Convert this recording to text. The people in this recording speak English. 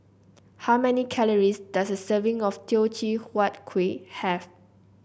how many calories does a serving of Teochew Huat Kueh have